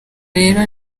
rero